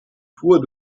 tour